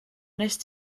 wnest